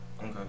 Okay